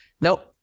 nope